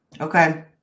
Okay